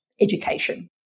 education